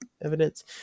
evidence